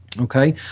Okay